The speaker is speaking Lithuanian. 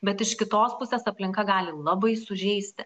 bet iš kitos pusės aplinka gali labai sužeisti